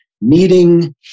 meeting